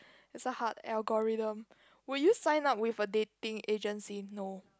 there's a heart algorithm would you sign up with a dating agency no